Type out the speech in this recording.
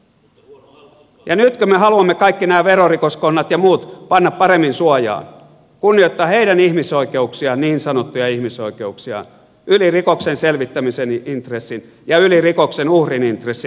ja nytkö me haluamme kaikki nämä verorikoskonnat ja muut panna paremmin suojaan kunnioittaa heidän ihmisoikeuksiaan niin sanottuja ihmisoikeuksiaan yli rikoksen selvittämisen intressin ja yli rikoksen uhrin intressin